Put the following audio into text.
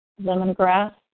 lemongrass